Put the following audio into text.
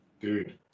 Dude